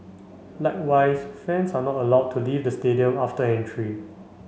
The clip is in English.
likewise fans are not allowed to leave the stadium after entry